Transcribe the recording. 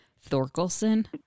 Thorkelson